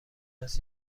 است